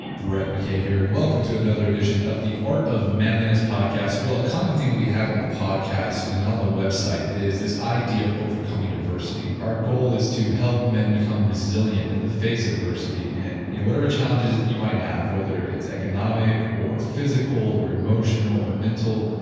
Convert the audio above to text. brett here and welcome to another edition of the art of manliness podcast. well, a common thing that we have on the podcast and and on the website is this idea of overcoming adversity. our goal is to help men become resilient in the face adversity and you know whatever challenges you might have, whether it's economic or physical or emotional or mental,